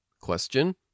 Question